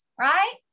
right